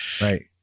Right